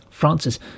Francis